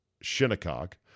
Shinnecock